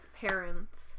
parents